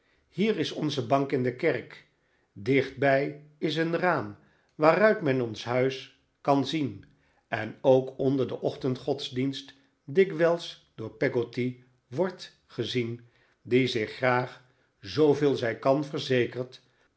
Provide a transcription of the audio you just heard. hier is onze bank in de kerk dichtbij is een raam waaruit men ons huis kan zien en ook onder den ochtendgodsdienst dikwijls door peggotty wordt gezien die zich graag zooveel zij kan verzekert